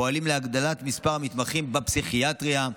אנחנו פועלים להגדלת מספר המתמחים בפסיכיאטריה,